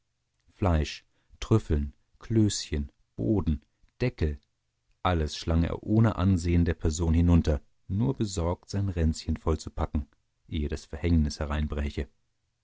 fleisch trüffeln klößchen boden deckel alles schlang er ohne ansehen der person hinunter nur besorgt sein ränzchen vollzupacken ehe das verhängnis hereinbräche